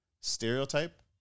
Stereotype